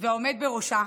והעומד בראשה,